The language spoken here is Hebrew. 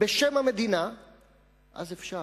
בשם המדינה אז אפשר.